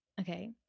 okay